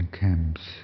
camps